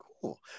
Cool